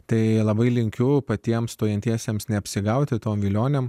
tai labai linkiu patiems stojantiesiems neapsigauti tom vilionėm